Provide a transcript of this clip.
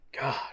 God